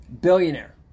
Billionaire